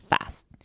fast